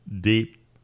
deep